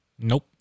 Nope